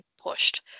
pushed